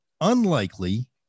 unlikely